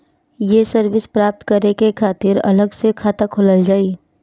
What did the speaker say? ये सर्विस प्राप्त करे के खातिर अलग से खाता खोलल जाइ?